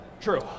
True